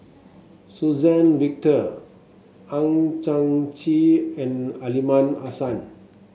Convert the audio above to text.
Suzann Victor Hang Chang Chieh and Aliman Hassan